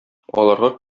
аларга